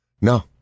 no